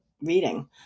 reading